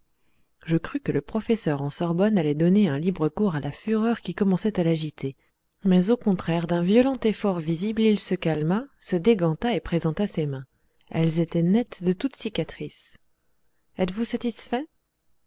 je crus que le professeur en sorbonne allait donner un libre cours à la fureur qui commençait à l'agiter mais au contraire d'un violent effort visible il se calma se déganta et présenta ses mains elles étaient nettes de toute cicatrice êtes-vous satisfait